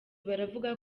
baravuga